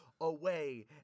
away